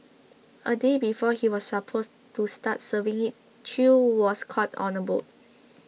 a day before he was supposed to start serving it Chew was caught on a boat